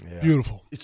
Beautiful